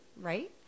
right